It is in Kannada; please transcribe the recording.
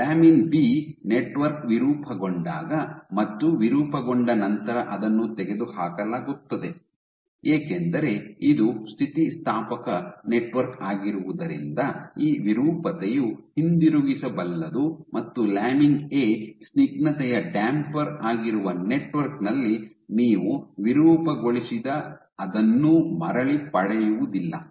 ಲ್ಯಾಮಿನ್ ಬಿ ನೆಟ್ವರ್ಕ್ ವಿರೂಪಗೊಂಡಾಗ ಮತ್ತು ವಿರೂಪಗೊಂಡ ನಂತರ ಅದನ್ನು ತೆಗೆದುಹಾಕಲಾಗುತ್ತದೆ ಏಕೆಂದರೆ ಇದು ಸ್ಥಿತಿಸ್ಥಾಪಕ ನೆಟ್ವರ್ಕ್ ಆಗಿರುವುದರಿಂದ ಈ ವಿರೂಪತೆಯು ಹಿಂತಿರುಗಿಸಬಲ್ಲದು ಮತ್ತು ಲ್ಯಾಮಿನ್ ಎ ಸ್ನಿಗ್ಧತೆಯ ಡ್ಯಾಂಪರ್ ಆಗಿರುವ ನೆಟ್ವರ್ಕ್ ನಲ್ಲಿ ನೀವು ವಿರೂಪಗೊಳಿಸಿದ ಅದನ್ನು ಮರಳಿ ಪಡೆಯುವುದಿಲ್ಲ